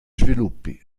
sviluppi